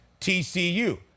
TCU